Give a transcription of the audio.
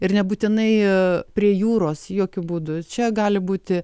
ir nebūtinai prie jūros jokiu būdu čia gali būti